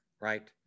right